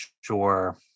sure